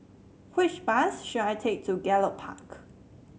which bus should I take to Gallop Park